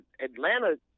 Atlanta